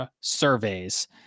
surveys